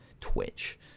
Twitch